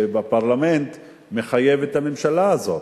בפרלמנט מחייב את הממשלה הזאת.